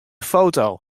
foto